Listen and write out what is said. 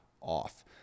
off